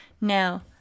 Now